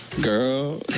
Girl